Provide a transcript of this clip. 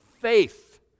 faith